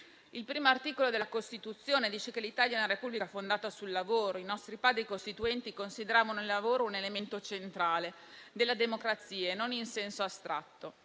Il primo articolo della Costituzione dice che «L'Italia è una Repubblica fondata sul lavoro» e i nostri Padri costituenti consideravano il lavoro un elemento centrale della democrazia, non in senso astratto.